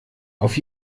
auf